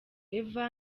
eva